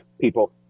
people